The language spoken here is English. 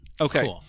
Okay